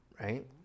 right